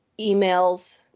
emails